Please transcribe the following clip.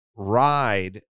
ride